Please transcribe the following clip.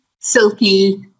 silky